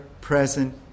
present